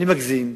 אני מגזים,